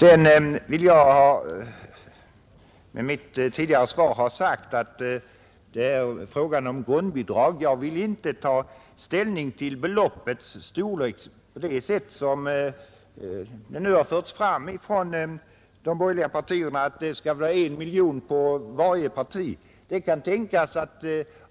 Jag ville med mitt tidigare svar ha sagt att jag när det är fråga om grundbidrag inte vill ta ställning till beloppets storlek och konstruktion på det sättet att det skall fastställas till 1 miljon kronor för varje parti, såsom de borgerliga partierna nu föreslagit. Det kan tänkas att